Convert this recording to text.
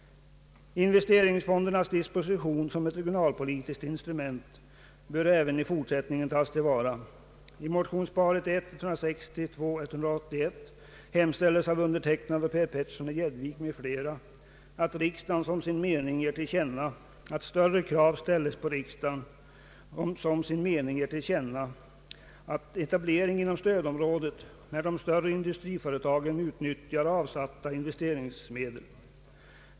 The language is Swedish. Investeringsfondernas disposition som ett regionalpolitiskt instrument bör även i fortsättningen tas till vara, I motionsparet I: 160 och II: 181 hemställer jag och herr Petersson i Gäddvik m.fl. att riksdagen som sin mening ger till känna att större krav ställes på etablering inom stödområdet när de större industriföretagen utnyttjar avsatta investeringsfondsmedel.